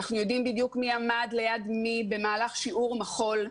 אנחנו יודעים בדיוק מי עמד ליד מי במהלך שיעור מחול,